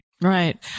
Right